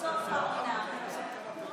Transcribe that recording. ההצעה להעביר את הצעת חוק לימוד חובה (תיקון,